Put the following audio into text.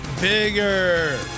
bigger